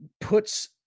puts